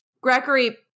Gregory